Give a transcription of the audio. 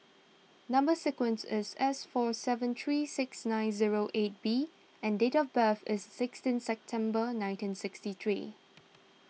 Number Sequence is S four seven three six nine zero eight B and date of birth is sixteen September nineteen sixty three